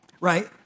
right